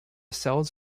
cells